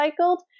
recycled